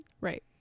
Right